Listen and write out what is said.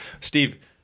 Steve